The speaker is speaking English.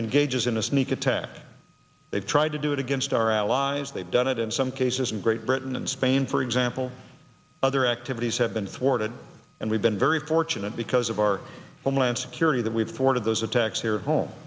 in gauges in a sneak attack they've tried to do it against our allies they've done it in some cases in great britain and spain for example other activities have been thwarted and we've been very fortunate because of our homeland security that we've for those attacks here at home